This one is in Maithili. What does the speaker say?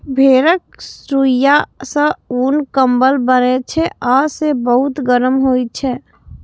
भेड़क रुइंया सं उन, कंबल बनै छै आ से बहुत गरम होइ छै